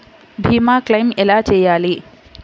భీమ క్లెయిం ఎలా చేయాలి?